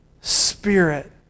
Spirit